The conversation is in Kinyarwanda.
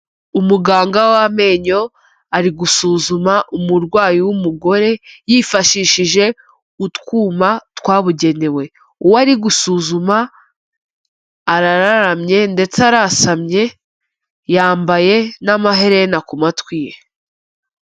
Umuganga w'amenyo ari gusuzuma umurwayi w'umugore yifashishije utwuma twabugenewe, uwo ari gusuzuma arararamye ndetse arasamye, yambaye n'amaherena ku matwi ye.